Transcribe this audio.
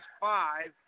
five